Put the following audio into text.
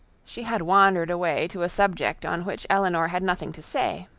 she had wandered away to a subject on which elinor had nothing to say,